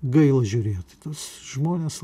gaila žiūrėt į tuos žmones